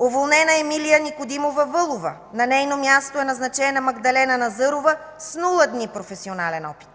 Уволнена е Емилия Никодимова Вълова – на нейно място е назначена Магдалена Назърова, с нула дни професионален опит.